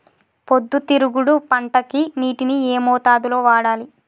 పొద్దుతిరుగుడు పంటకి నీటిని ఏ మోతాదు లో వాడాలి?